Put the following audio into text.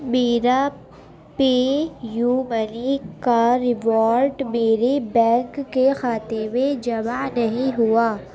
میرا PayU money کا reward میرے بینک کے کھاتے میں جمع نہیں ہوا